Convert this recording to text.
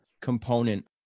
component